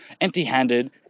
empty-handed